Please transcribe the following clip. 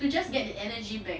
to just get the energy back